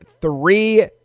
three